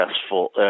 successful